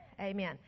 Amen